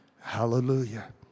hallelujah